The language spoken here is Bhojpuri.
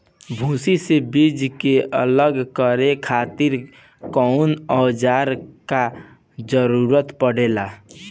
भूसी से बीज के अलग करे खातिर कउना औजार क जरूरत पड़ेला?